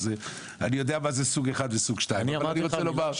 אז אני יודע מה זה סוג 1, וסוג 2. טוב,